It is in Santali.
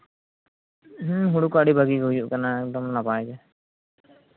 ᱦᱮᱸ ᱦᱩᱲᱩ ᱠᱚ ᱟᱹᱰᱤ ᱵᱷᱟᱹᱜᱤ ᱜᱮ ᱦᱩᱭᱩᱜ ᱠᱟᱱᱟ ᱮᱠᱫᱚᱢ ᱱᱟᱯᱟᱭ ᱜᱮ